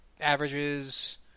averages